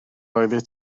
oeddet